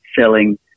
selling